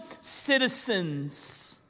citizens